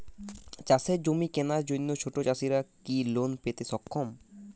চাষের জমি কেনার জন্য ছোট চাষীরা কি লোন পেতে সক্ষম?